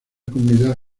comunidad